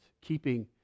keeping